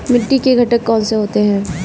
मिट्टी के घटक कौन से होते हैं?